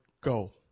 go